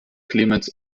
clemens